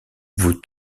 vous